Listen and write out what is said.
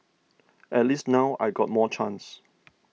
at least now I got more chance